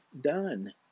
done